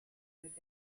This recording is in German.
mit